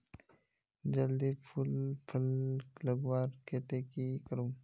जल्दी फूल फल लगवार केते की करूम?